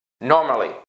Normally